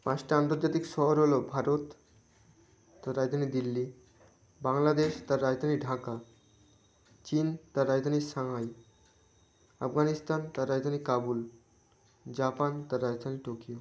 পাঁচটা আন্তর্জাতিক শহর হলো ভারত তো রাজধানী দিল্লি বাংলাদেশ তার রাজধানী ঢাকা চীন তার রাজধানী সাংহাই আফগানিস্তান তার রাজধানী কাবুল জাপান তার রাজধানী টোকিও